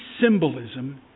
symbolism